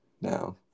now